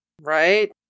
Right